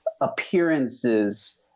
appearances